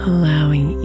Allowing